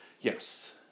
Yes